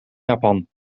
japan